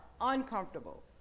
uncomfortable